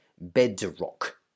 Bedrock